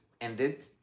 ended